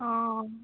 অঁ